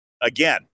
again